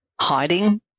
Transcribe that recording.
hiding